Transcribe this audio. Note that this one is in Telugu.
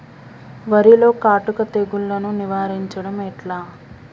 వరిలో కాటుక తెగుళ్లను నివారించడం ఎట్లా?